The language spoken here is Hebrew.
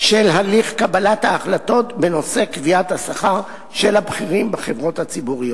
של הליך קבלת ההחלטות בנושא קביעת השכר של הבכירים בחברות הציבוריות.